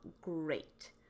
great